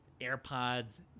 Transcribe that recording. AirPods